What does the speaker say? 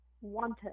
wanted